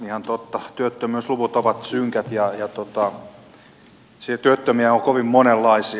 ihan totta työttömyysluvut ovat synkät ja työttömiä on kovin monenlaisia